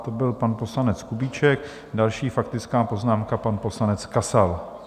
To byl pan poslanec Kubíček, další faktická poznámka, pan poslanec Kasal.